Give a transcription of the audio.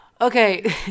Okay